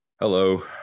hello